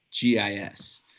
GIS